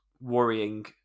worrying